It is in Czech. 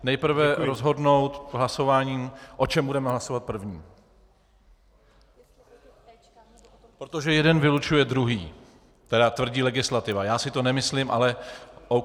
Nejprve rozhodnout hlasováním, o čem budeme hlasovat první, protože jeden vylučuje druhý, tvrdí legislativa, já si to nemyslím, ale OK.